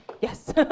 yes